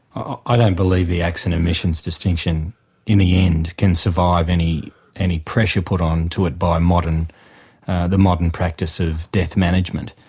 i don't believe the acts and omissions distinction in the end can survive any any pressure put on to it by the modern practice of death management.